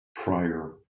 prior